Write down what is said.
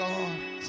God